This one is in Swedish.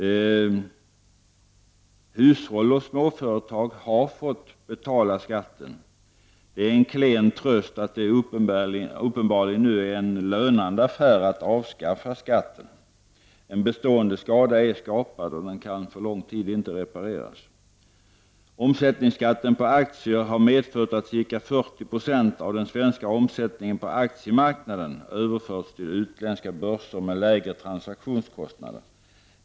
Hushåll och småföretag har fått betala skatten. Det är en klen tröst att det uppenbarligen nu är en lönande affär att avskaffa skatten. En bestående skada har åstadkommits och kan inte repareras på lång tid. Omsättningsskatten på aktier har medfört att ca 40 90 av den svenska omsättningen på aktiemarknaden har överförts till utländska börser med lägre transaktionskostnader.